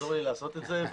שיעזור לי לעשות את זה.